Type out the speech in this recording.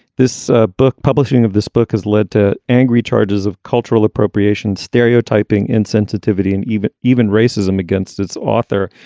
this ah book publishing of this book has led to angry charges of cultural appropriation, stereotyping, insensitivity and even even racism against its author.